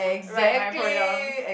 write my poems